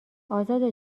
ازاده